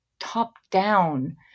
top-down